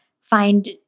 find